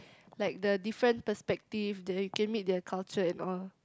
like the different perspective that you can meet their culture and all